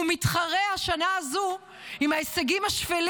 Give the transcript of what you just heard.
הוא מתחרה בשנה זו עם ההישגים השפלים